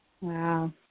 Wow